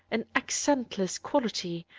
an accentless quality,